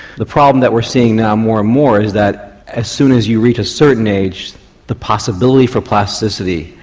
the problem that we're seeing now more and more is that as soon as you reach a certain age the possibility for plasticity,